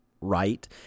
right